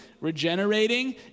regenerating